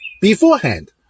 beforehand